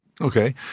Okay